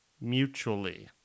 Mutually